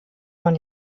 man